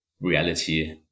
reality